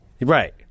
Right